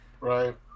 Right